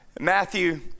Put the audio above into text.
Matthew